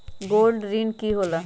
Gold ऋण की होला?